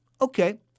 okay